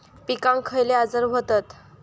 पिकांक खयले आजार व्हतत?